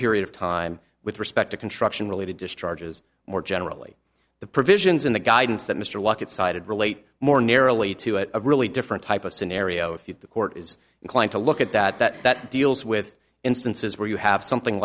period of time with respect to construction related discharges more generally the provisions in the guidance that mr walcot cited relate more narrowly to a really different type of scenario if you the court is inclined to look at that that that deals with instances where you have something